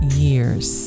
years